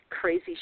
crazy